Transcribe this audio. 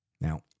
Now